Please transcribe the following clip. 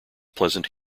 pleasant